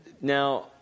now